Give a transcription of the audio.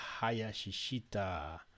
Hayashishita